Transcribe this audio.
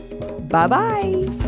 Bye-bye